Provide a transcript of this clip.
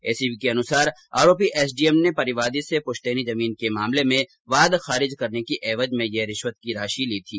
ACB के अनुसार आरोपी एसडीएम ने परिवादी से पुश्तैनी जमीन के मामले में वाद खारिज करने की एवज में यह रिश्वत की राशि ली थी